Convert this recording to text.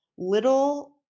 little